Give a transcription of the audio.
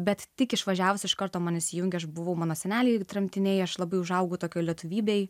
bet tik išvažiavus iš karto man įsijungę aš buvau mano seneliai ir tremtiniai aš labai užaugo tokioj lietuvybėj